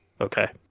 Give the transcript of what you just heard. Okay